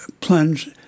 plunge